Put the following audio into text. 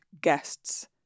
guests